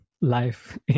life